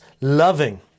loving